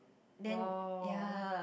!wow!